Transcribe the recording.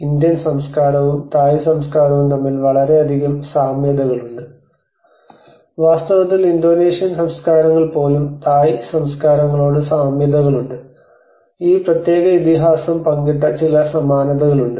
Indian സംസ്കാരവും തായ് സംസ്കാരവും തമ്മിൽ വളരെയധികം സാമ്യതകളുണ്ട് വാസ്തവത്തിൽ ഇന്തോനേഷ്യൻ സംസ്കാരങ്ങൾ പോലും തായ് സംസ്കാരങ്ങളോട് സാമ്യതകളുണ്ട് ഈ പ്രത്യേക ഇതിഹാസം പങ്കിട്ട ചില സമാനതകൾ ഉണ്ട്